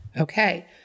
Okay